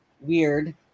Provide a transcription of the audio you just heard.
weird